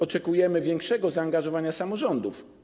Oczekujemy większego zaangażowania samorządów.